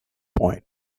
point